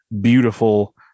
beautiful